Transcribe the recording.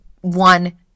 one